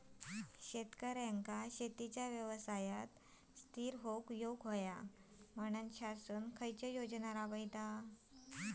शेतकऱ्यांका शेतीच्या व्यवसायात स्थिर होवुक येऊक होया म्हणान शासन कसले योजना राबयता?